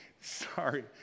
sorry